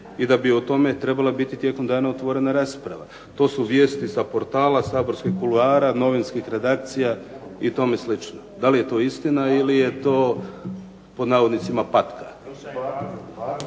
i da bi o tome trebala biti tijekom dana otvorena rasprava. To su vijesti sa portala, saborskih kuloara, novinskih redakcija i tome slično. Da li je to istina ili je to pod navodnicima patka?